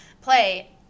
play